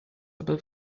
aber